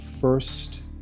first